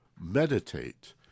meditate